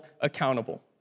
accountable